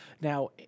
Now